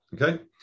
Okay